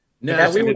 No